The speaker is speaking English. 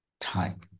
time